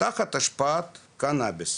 תחת השפעת קנביס,